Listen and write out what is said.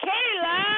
Kayla